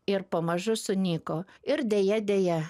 ir pamažu sunyko ir deja deja